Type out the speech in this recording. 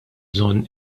bżonn